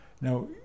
Now